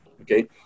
okay